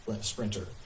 sprinter